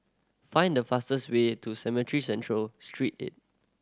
find the fastest way to Cemetry Central Street Eight